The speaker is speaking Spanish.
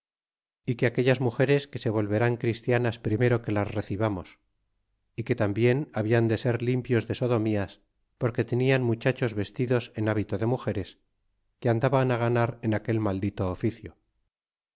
y que aquellas mugeres que se volverán christianas primero que las recibamos y que tambien habian de ser limpios de sodomías porque tenían muchachos vestidos en habito de mugeres que andaban á ganar en aquel maldito